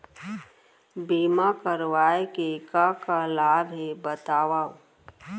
बीमा करवाय के का का लाभ हे बतावव?